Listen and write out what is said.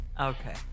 Okay